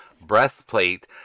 breastplate